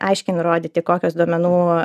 aiškiai nurodyti kokios duomenų